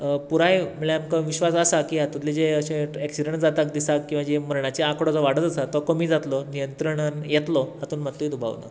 पुराय म्हळ्ळ्यार आमकां विश्वास आसा की हातुंतले जे अशे ट एक्सिडंट जाताक दिसाक किंवां जी मरणाची आंकडो जो वाडत आसा तो कमी जातलो नियंत्रणान येतलो हातून मात्तूय दुबाव ना